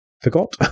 Forgot